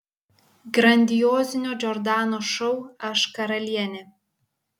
grandiozinio džordanos šou aš karalienė